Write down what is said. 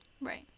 Right